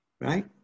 right